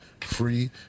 free